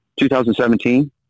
2017